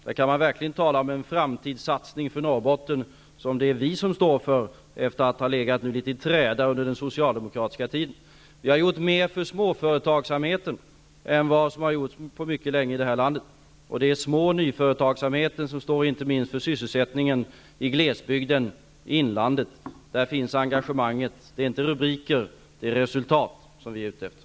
Där kan man verkligen tala om en framtidssatsning för Norrbotten, som vi står för, efter att den hade legat i träda under den socialdemokratiska tiden. Vi har gjort mer för småföretagsamheten än vad som har gjorts på mycket länge i detta land. Det är små och nyföretagsamheten som inte minst står för sysselsättningen i glesbygden och i inlandet. Där finns engagemanget. Det är inte rubriker utan resultat som vi är ute efter.